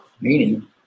meaning